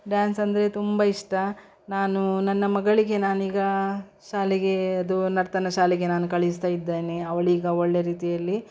dance ಅಂದರೆ ತುಂಬ ಇಷ್ಟ ನಾನು ನನ್ನ ಮಗಳಿಗೆ ನಾನೀಗ ಶಾಲೆಗೆ ಅದು ನರ್ತನ ಶಾಲೆಗೆ ನಾನು ಕಳಿಸ್ತಾ ಇದ್ದೇನೆ ಅವಳೀಗ ಒಳ್ಳೆಯ ರೀತಿಯಲ್ಲಿ